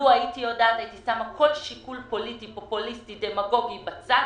לו הייתי יודעת הייתי שמה כל שיקול פוליטי פופוליסטי דמגוגי בצד,